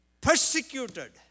persecuted